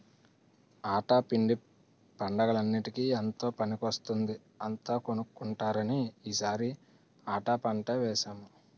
ఆటా పిండి పండగలన్నిటికీ ఎంతో పనికొస్తుందని అంతా కొంటున్నారని ఈ సారి ఆటా పంటే వేసాము